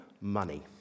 money